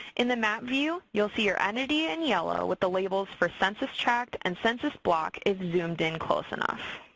in the map view, you will see your entity in yellow with the labels for census tract and census blocks if zoomed in close enough.